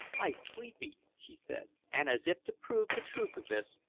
i sleepy, she said and as if to prove the truth of this,